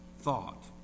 thought